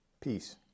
peace